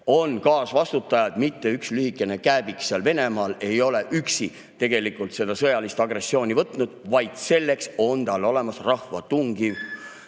On kaasvastutajad. Mitte üks lühikene kääbik seal Venemaal ei ole üksi tegelikult seda sõjalist agressiooni [ette] võtnud, vaid selleks on tal olemas rahva tungiv